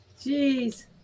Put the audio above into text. Jeez